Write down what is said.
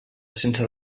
sense